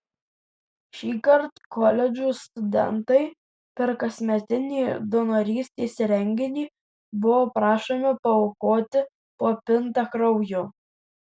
šįkart koledžų studentai per kasmetinį donorystės renginį buvo prašomi paaukoti po pintą kraujo